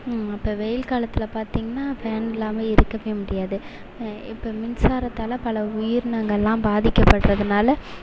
அப்போ வெயில் காலத்தில் பார்த்திங்கன்னா ஃபேன் இல்லாமல் இருக்கவே முடியாது இப்போ மின்சாரத்தால் பல உயிரினங்கள்லாம் பாதிக்கப்பட்டதுனால்